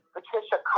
Patricia